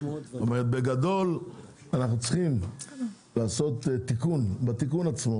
בגדול, אנחנו צריכים לעשות בתיקון עצמו